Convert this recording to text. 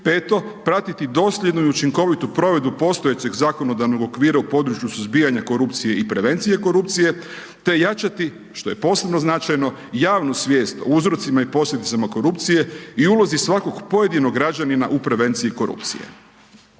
Peto, pratiti dosljedno i učinkovito provedbu postojećeg zakonodavnog okvira u području suzbijanja korupcija i prevencije korupcije te jačati, što je posebno značajno, javnu svijest o uzrocima i posljedicama korupcije i ulozi svakog pojedinog građanina u prevenciji korupcije.